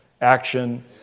Action